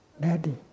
Daddy